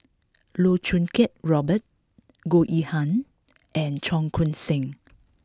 Loh Choo Kiat Robert Goh Yihan and Cheong Koon Seng